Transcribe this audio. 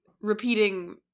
repeating